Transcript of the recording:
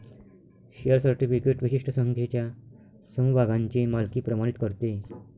share certificate विशिष्ट संख्येच्या समभागांची मालकी प्रमाणित करते